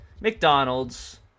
McDonald's